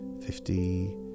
fifty